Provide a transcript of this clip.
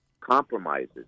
compromises